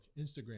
Instagram